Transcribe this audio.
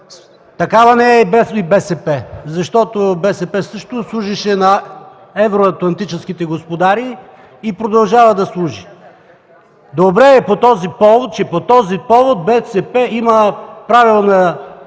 Такава не е днес и БСП, защото БСП също служеше на евроатлантическите господари и продължава да служи. Добре е, че по този повод БСП има правилна